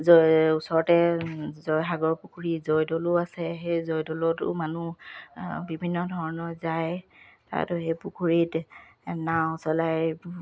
জয় ওচৰতে জয়সাগৰ পুখুৰী জয়দৌলো আছে সেই জয়দৌলতো মানুহ বিভিন্ন ধৰণৰ যায় তাত সেই পুখুৰীত নাও চলাই